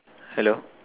hello